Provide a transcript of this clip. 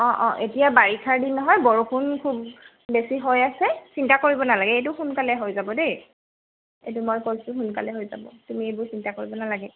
অ অ এতিয়া বাৰিষাৰ দিন নহয় বৰষুণ খুব বেছি হৈ আছে চিন্তা কৰিব নালাগে এইটো সোনকালে হৈ যাব দেই এইটো মই কৈছোঁ সোনকালে হৈ যাব তুমি এইবোৰ চিন্তা কৰিব নালাগে